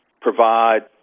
provide